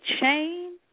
chain